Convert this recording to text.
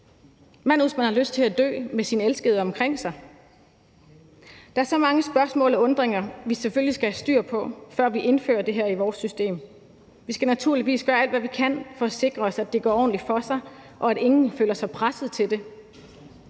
Hvad nu, hvis man har lyst til at dø med sine elskede omkring sig? Der er så mange spørgsmål, vi selvfølgelig skal have styr på, før vi indfører det her i vores system. Vi skal naturligvis gøre alt, hvad vi kan, for at sikre os, at det går ordentligt for sig, og at ingen føler sig presset til det.